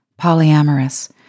polyamorous